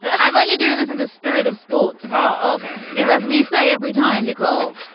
i'm only doing this in the spirit of sports. oh, ok. yes. as we say, every time, nicole,